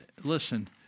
listen